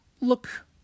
look